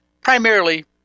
primarily